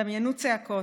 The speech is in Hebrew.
דמיינו צעקות.